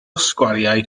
sgwariau